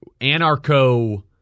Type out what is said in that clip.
anarcho